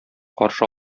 каршы